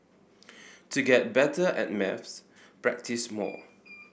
to get better at maths practise more